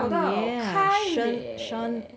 oh yeah sh~ shawn